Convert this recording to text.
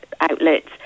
outlets